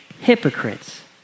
hypocrites